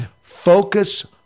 focus